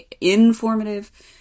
informative